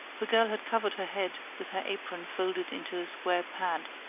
the girl had covered her head with her apron folded into a square pad.